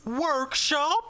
workshop